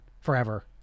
forever